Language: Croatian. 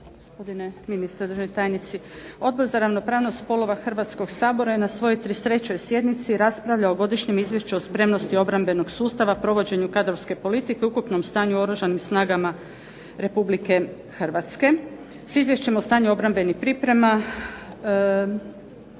Gospodine ministre, državni tajnici. Odbor za ravnopravnost spolova Hrvatskoga sabora je na svojoj 33. sjednici raspravljao o Godišnjem izvješću o spremnosti obrambenog sustava, provođenju kadrovske politike i ukupnom stanju u Oružanim snagama Republike Hrvatske, s Izvješćem o stanju obrambenih priprema